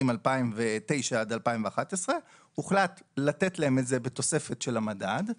2009 עד 2011. הוחלט לתת להם את זה בתוספת של המדד,